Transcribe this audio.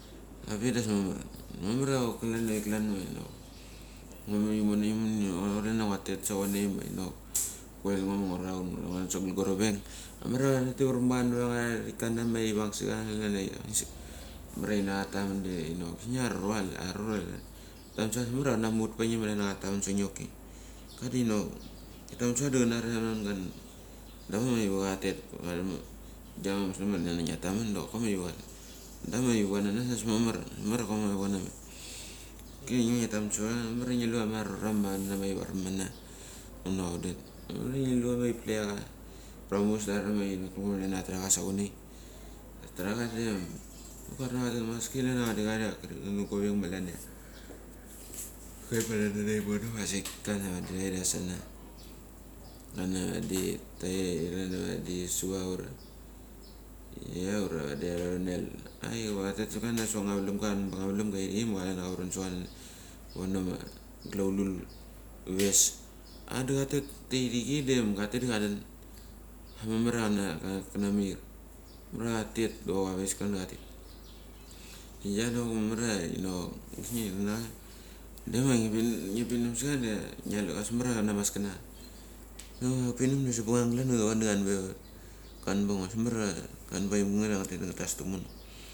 Abik da ambes mamar. Mamar a chok klan avik klan ma chini chok ngua methimane ma chalana utesa chunai ma chini ok kulel ngo ma raun ngu raun ura nguait sa gal gua rovek, mamar a va rorek tavar ma cha na va thik a mathi vung sa cha calan a ina mamar athi na chatha tam mun de chin ok gisni aru ra chalan. Taman sa cha ambes mamar a chana muchut pa nge macalan ia katam mun sang nge choki. Ka dini chok ngia tamun sa cha da chanari ana tha mun glan. Da chok ma chivi cha tet vatham aina nga musnung ma chakan ia ngia tamun da chokma chi vi cha. Klan a chi vi cha na nas da bes mamar mar a chok ma chivi cha na me choki ia ngeia ngi a taman sa va cha mamar a nge ia ngi iu ia ma arura math varma na ngu na cha un det, mama a ngi lu cha ma thi plekacha. Ura muchus da urura ma thi tlu ngo tha thacha sa chuanai. Ta tha cha em kuar na cha len maski vadi clan ia mamar ia vadi chathia kadi cha guavek ma cha lan ia. Pe matha nave ia imono dasik kana vadi suva uva ia ura vadi tha thonel. Avi va cha tet sok ka sok klanangnga valumga. Banga valam ga ithichai ba cha varan sa cha lan vono ma gal aulul ves a da cha teta thichaidam ka tet da cha thun. As ma mara chana mar ura tet dok ma vais ka ma chatet da do chok mamar ia chini chok ambes na ngt thak na cha de ma ngi vin, ngi pinam sa chadea ngia lucha. Bes mamar ia chana ma kana mas chana tha. Pinium da sabung ngung galan da cha vung da chan be vut. Kanbango. Bes mamar a klan baim gangeth ma nga tet da nga tas tamono.